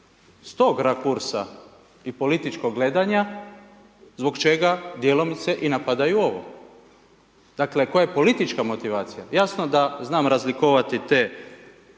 tog rakursa i političkog gledanja zbog čega djelomice i napadaju ovo. Dakle koja je politička motivacija. Jasno da znam razlikovati te